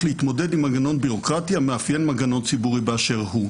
להתמודד עם מנגנון ביורוקרטי המאפיין מנגנון ציבורי באשר הוא".